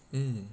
嗯